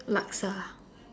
laksa